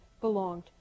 belonged